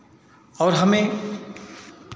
और हमें